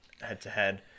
head-to-head